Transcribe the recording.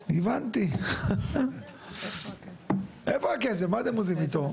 הבנתי, איפה הכסף, מה אתם עושים איתו?